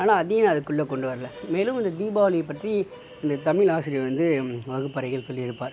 ஆனால் அதையும் அது குள்ளே கொண்டு வரல மேலும் இந்த தீபாவளி பற்றி இந்த தமிழ் ஆசிரியர் வந்து வகுப்பறையில் சொல்லியிருப்பார்